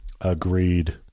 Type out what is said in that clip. Agreed